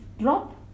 drop